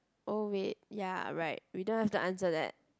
oh wait ya right we don't have to answer that